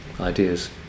Ideas